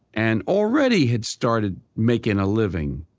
and already had started making a living.